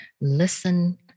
listen